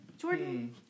Jordan